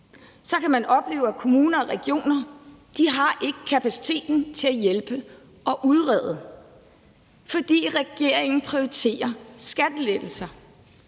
så kan man opleve, at kommuner og regioner ikke har kapaciteten til at hjælpe og udrede, fordi regeringen prioriterer skattelettelser.